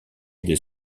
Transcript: des